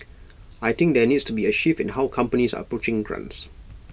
I think there needs to be A shift in how companies are approaching grants